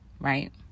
right